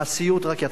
הסיוט רק יתחיל.